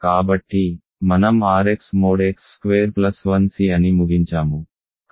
కాబట్టి మనం R x mod x square plus 1 C అని ముగించాము